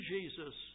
Jesus